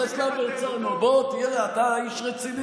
רגע, תן לי עוד משפט אחד.